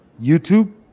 YouTube